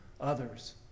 others